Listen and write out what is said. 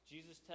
Jesus